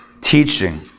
teaching